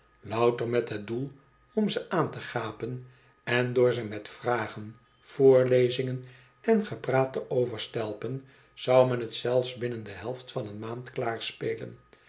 louter met het doel om ze aan te gapen en door ze met vragen voorlezingen en gepraat te overstelpen zou men t zelfs binnen de helft van een maand